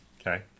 Okay